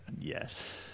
Yes